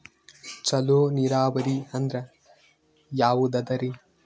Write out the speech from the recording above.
ಚಲೋ ನೀರಾವರಿ ಅಂದ್ರ ಯಾವದದರಿ?